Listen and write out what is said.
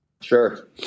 Sure